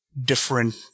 different